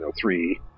three